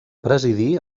presidí